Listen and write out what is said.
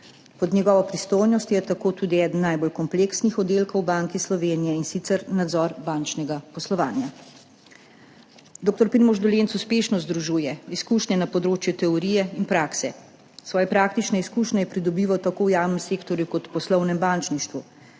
Pod njegovo pristojnostjo je tako tudi eden najbolj kompleksnih oddelkov Banke Slovenije, in sicer nadzor bančnega poslovanja. Dr. Primož Dolenc uspešno združuje izkušnje na področju teorije in prakse. Svoje praktične izkušnje je pridobival tako v javnem sektorju kot v poslovnem bančništvu,